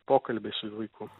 pokalbiai su vaiku